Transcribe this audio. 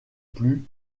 plus